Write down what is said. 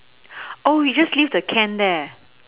oh you just give the can there